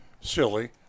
silly